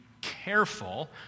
Careful